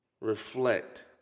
Reflect